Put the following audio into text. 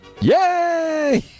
Yay